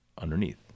underneath